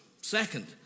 Second